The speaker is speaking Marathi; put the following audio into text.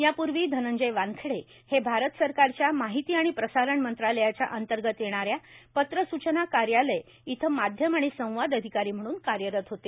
यापूर्वी धनंजय वानखेडे हे भारत सरकारच्या माहिती आणि प्रसारण मंत्रालयाच्या अंतर्गत येणाऱ्या पत्रसूचना कार्यालय इथं माध्यम आणि संवाद अधिकारी म्हणून कार्यरत होते